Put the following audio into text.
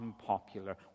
unpopular